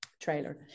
trailer